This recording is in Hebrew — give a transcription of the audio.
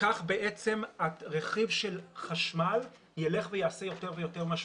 כך בעצם הרכיב של חשמל ילך וייעשה יותר ויותר משמעותי.